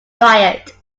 diet